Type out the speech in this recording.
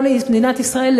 למדינת ישראל,